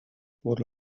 por